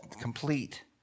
complete